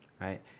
right